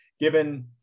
given